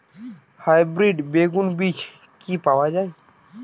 Hybrid বেগুন বীজ কি পাওয়া য়ায়?